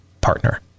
partner